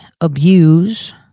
abuse